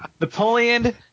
Napoleon